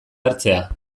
hartzea